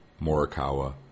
Morikawa